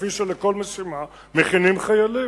כפי שלכל משימה מכינים חיילים,